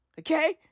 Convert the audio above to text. okay